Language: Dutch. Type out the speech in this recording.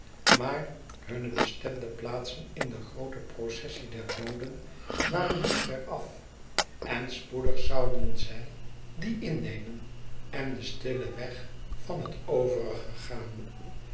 maar hunne bestemde plaatsen in de groote processie der dooden waren niet veraf en spoedig zouden zij die innemen en den stillen weg van het